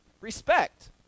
respect